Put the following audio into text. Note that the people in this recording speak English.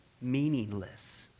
meaningless